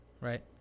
right